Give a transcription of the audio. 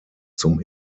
zum